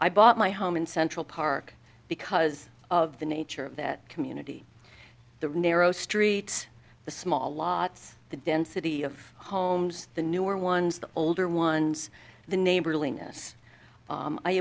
i bought my home in central park because of the nature of that community the narrow streets the small lots the density of homes the newer ones the older ones the